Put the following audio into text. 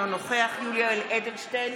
אינו נוכח יולי יואל אדלשטיין,